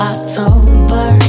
October